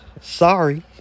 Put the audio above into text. Sorry